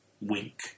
wink